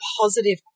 positive